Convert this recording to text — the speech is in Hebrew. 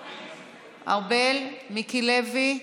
ארבל, מיקי לוי,